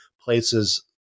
places